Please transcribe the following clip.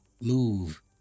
move